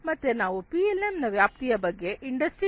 ಮತ್ತೆ ನಾವು ಪಿಎಲ್ಎಂ ನ ವ್ಯಾಪ್ತಿಯ ಬಗ್ಗೆ ಇಂಡಸ್ಟ್ರಿ4